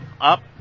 up